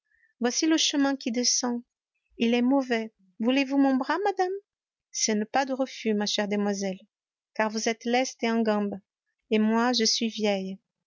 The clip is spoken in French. voici le chemin qui descend il est mauvais voulez-vous mon bras madame ce n'est pas de refus ma chère demoiselle car vous êtes leste et ingambe et moi je suis vieille